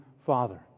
Father